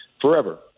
forever